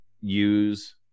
use